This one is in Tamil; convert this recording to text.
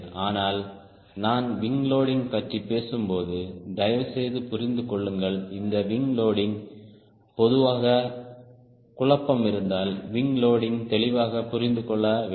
ஆனால் நான் விங் லோடிங் பற்றி பேசும்போது தயவுசெய்து புரிந்து கொள்ளுங்கள் இந்த விங் லோடிங்கில் பொதுவாக குழப்பம் இருப்பதால் விங் லோடிங் தெளிவாக புரிந்து கொள்ளப்பட வேண்டும்